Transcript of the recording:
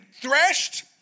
threshed